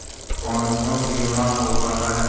कोन कोन बिमा होवय है?